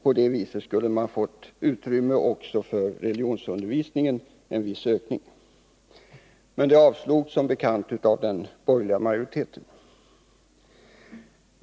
På det sättet skulle man ha fått utrymme också för en viss ökning av religionsundervisningen. Men det förslaget avslogs som bekant av den borgerliga majoriteten.